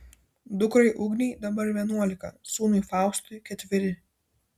dukrai ugnei dabar vienuolika sūnui faustui ketveri